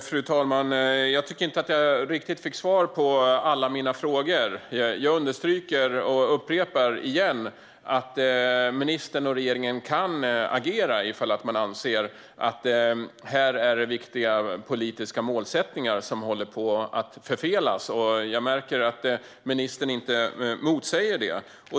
Fru talman! Jag tycker inte att jag riktigt fick svar på alla mina frågor. Jag understryker och upprepar att ministern och regeringen kan agera ifall man anser att viktiga politiska målsättningar håller på att förfelas här, och jag märker att ministern inte motsäger det.